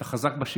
אתה חזק בשגרה,